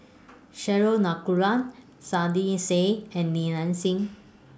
Cheryl Saiedah Said and Li Nanxing